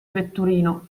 vetturino